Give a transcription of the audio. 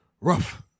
rough